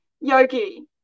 Yogi